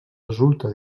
resulta